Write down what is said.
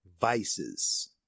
vices